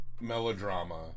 melodrama